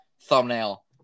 thumbnail